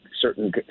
certain